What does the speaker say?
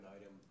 item